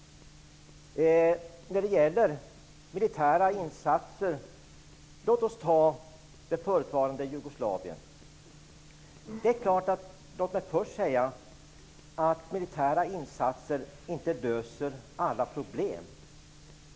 När det gäller militära insatser kan vi ta det förutvarande Jugoslavien som exempel. Låt mig först säga att militära insatser inte löser alla problem.